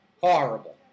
Horrible